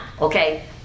okay